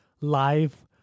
live